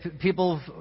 people